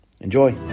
Enjoy